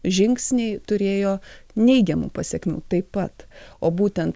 žingsniai turėjo neigiamų pasekmių taip pat o būtent